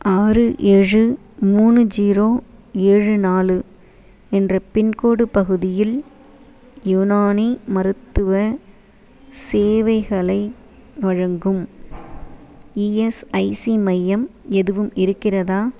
ஆறு ஏழு மூணு ஜீரோ ஏழு நாலு என்ற பின்கோடு பகுதியில் யுனானி மருத்துவ சேவைகளை வழங்கும் ஈஎஸ்ஐசி மையம் எதுவும் இருக்கிறதா